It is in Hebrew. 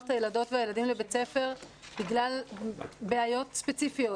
את הילדות והילדים לבית הספר בגלל בעיות ספציפיות,